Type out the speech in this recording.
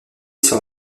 sur